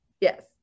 Yes